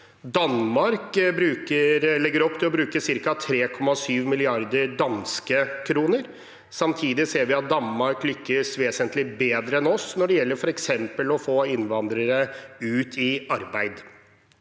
til å bruke ca. 3,7 mrd. danske kroner. Samtidig ser vi at Danmark lykkes vesentlig bedre enn oss når det gjelder f.eks. å få innvandrere ut i arbeid.